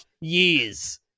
years